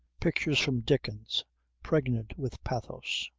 pictures from dickens pregnant with pathos.